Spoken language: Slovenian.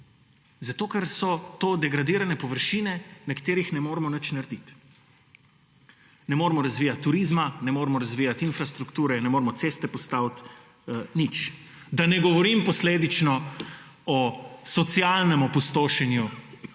Zato ker so to degradirane površine, na katerih ne moremo nič narediti; ne moremo razvijati turizma, ne moremo razvijati infrastrukture, ne moremo ceste postaviti. Nič. Da ne govorim posledično o socialnem opustošenju,